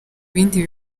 ibindi